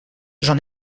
j’en